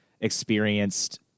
experienced